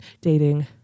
dating